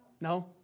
No